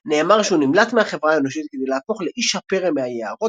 נאמר שהוא נמלט מהחברה האנושית כדי להפוך ל"איש-הפרא מהיערות"